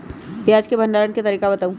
प्याज के भंडारण के तरीका बताऊ?